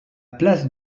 place